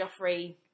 Joffrey